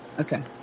okay